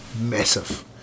massive